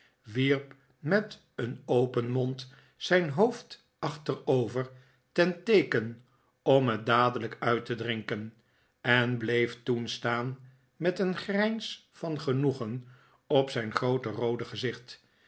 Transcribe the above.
wierp met een open mond zijn hoofd achterovef ten teeken om het dadelijk uit te drinken en bleef toen staan met een grijns van genoegen op zijn groote roode gezicht